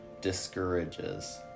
discourages